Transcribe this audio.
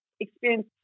experience